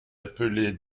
appeler